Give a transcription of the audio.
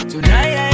Tonight